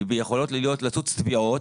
ויכולות לצוץ תביעות.